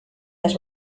las